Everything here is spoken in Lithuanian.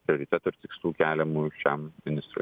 prioritetų ir tikslų keliamų šiam ministrui